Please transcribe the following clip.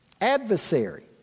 adversary